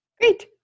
Great